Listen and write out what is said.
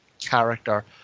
character